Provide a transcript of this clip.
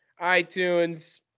iTunes